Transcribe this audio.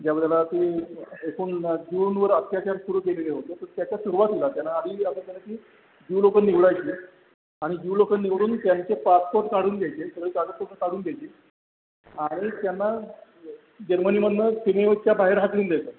ज्यावेळेला ते एकूण ज्यूंवर अत्याचार सुरु केलेले होते तर त्याच्या सुरुवातीला त्यानं आधी असं केलं की ज्यू लोक निवडायचे आणि ज्यू लोक निवडून त्यांचे पासपोर्ट काढून घ्यायचे सगळी कागदपत्रं काढून घ्यायची आणि त्यांना जर्मनीमधनं सीमेच्या बाहेर हाकलून द्यायचं